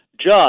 judge